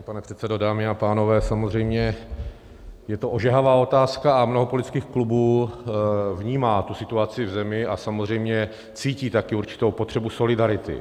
Vážený pane předsedo, dámy a pánové, samozřejmě je to ožehavá otázka a mnoho politických klubů vnímá tu situaci v zemi a samozřejmě cítí taky určitou potřebu solidarity.